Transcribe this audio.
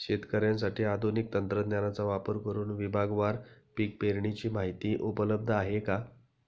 शेतकऱ्यांसाठी आधुनिक तंत्रज्ञानाचा वापर करुन विभागवार पीक पेरणीची माहिती उपलब्ध आहे का?